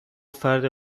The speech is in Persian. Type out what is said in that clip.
فردی